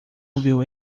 ouviu